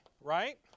right